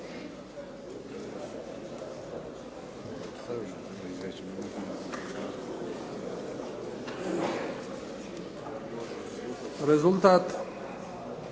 Rezultat?